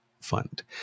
fund